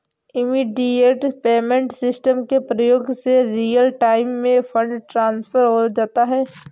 immediate payment system के प्रयोग से रियल टाइम में फंड ट्रांसफर हो जाता है